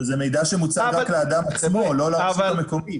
זה מידע שמוצג רק לאדם עצמו, לא לרשות המקומית.